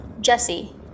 Jesse